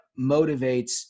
motivates